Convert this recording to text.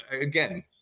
Again